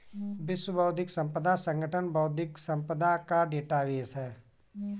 विश्व बौद्धिक संपदा संगठन बौद्धिक संपदा का डेटाबेस है